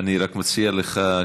אני רק מציע לך,